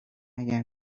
اگر